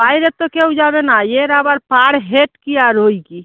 বাইরের তো কেউ যাবে না এর আবার পার হেড আর কী আর ওই কী